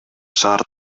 шаар